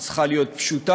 היא צריכה להיות פשוטה,